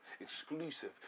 exclusive